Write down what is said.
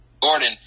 Gordon